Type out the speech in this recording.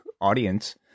audience